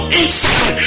inside